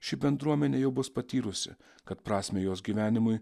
ši bendruomenė jau bus patyrusi kad prasmę jos gyvenimui